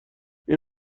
این